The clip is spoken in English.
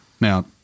Now